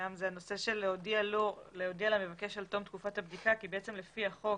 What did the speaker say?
זה הנושא של להודיע למבקש על תום תקופת הבדיקה כי בעצם לפי החוק